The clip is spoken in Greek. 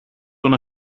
των